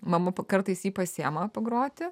mama kartais jį pasiima pagroti